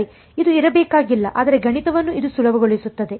ಇದು ಇರಬೇಕಾಗಿಲ್ಲ ಆದರೆ ಗಣಿತವನ್ನು ಇದು ಸುಲಭಗೊಳಿಸುತ್ತದೆ